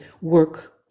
work